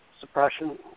suppression